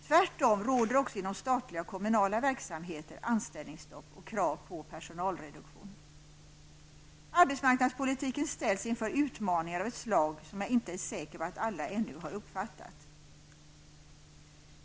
Tvärtom råder också inom statliga och kommunala verksamheter anställningsstopp, och det finns krav på personalreduktion. Arbetsmarknadspolitiken ställs inför utmaningar av ett slag som jag inte är säker på att alla ännu har uppfattat.